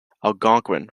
algonquian